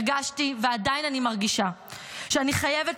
הרגשתי ואני עדיין מרגישה שאני חייבת